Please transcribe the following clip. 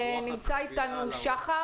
נמצא אתנו שחר